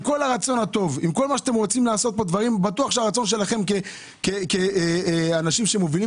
עם כל הרצון הטוב ואני בטוח שכאנשים מובילים